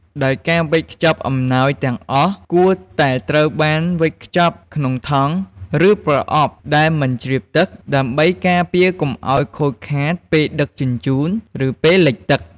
ដោយការវេចខ្ចប់អំណោយទាំងអស់គួរតែត្រូវបានវេចខ្ចប់ក្នុងថង់ ឬប្រអប់ដែលមិនជ្រាបទឹក ដើម្បីការពារកុំឱ្យខូចខាតពេលដឹកជញ្ជូន ឬពេលលិចទឹក។